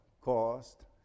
cost